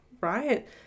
right